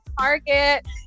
Target